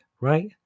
right